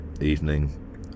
evening